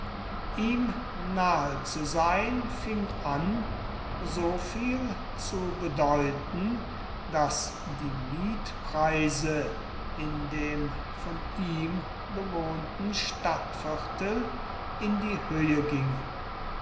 ihm nahe zu sein fing an so viel zu bedeuten daß die mietpreise in dem von ihm bewohnten stadtviertel in die höhe gingen